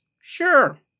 Sure